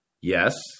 Yes